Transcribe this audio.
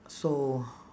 so